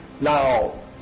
Now